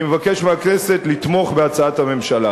אני מבקש מהכנסת לתמוך בהצעת הממשלה.